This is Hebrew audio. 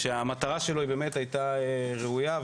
המטרה שלו הייתה ראויה,